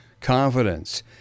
confidence